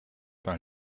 par